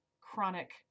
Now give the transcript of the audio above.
chronic